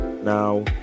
now